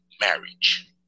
marriage